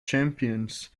champions